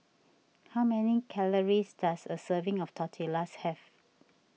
how many calories does a serving of Tortillas have